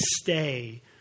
stay